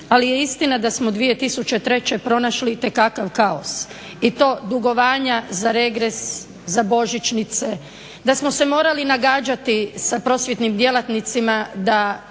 ali je istina da smo 2003. pronašli itekakav kaos i to dugovanja za regres, za božićnice, da smo se morali nagađati sa prosvjetnim djelatnicima da